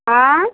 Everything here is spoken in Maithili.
आँय